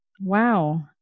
Wow